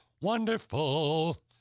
Wonderful